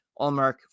Allmark